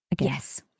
Yes